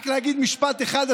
רק להגיד משפט אחד,